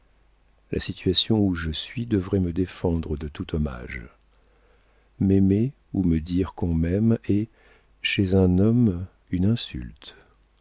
la situation où je suis devrait me défendre de tout hommage m'aimer ou me dire qu'on m'aime est chez un homme une insulte